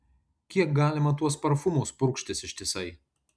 kiek galima tuos parfumus purkštis ištisai